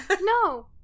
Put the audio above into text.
No